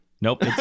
Nope